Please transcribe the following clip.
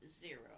zero